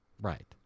Right